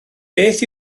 beth